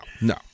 no